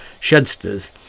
Shedsters